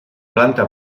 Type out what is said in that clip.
planta